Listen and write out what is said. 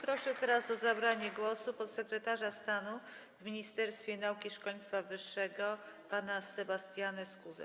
Proszę teraz o zabranie głosu podsekretarza stanu w Ministerstwie Nauki i Szkolnictwa Wyższego pana Sebastiana Skuzę.